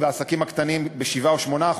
והעסקים הקטנים ב-7% או 8%,